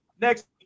next